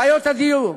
בעיות הדיור,